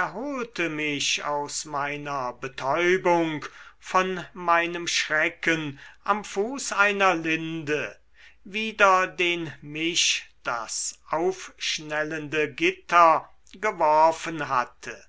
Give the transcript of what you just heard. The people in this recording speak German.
erholte mich aus meiner betäubung von meinem schrecken am fuß einer linde wider den mich das aufschnellende gitter geworfen hatte